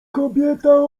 kobieta